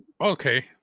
okay